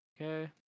Okay